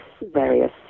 various